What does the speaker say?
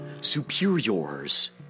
superiors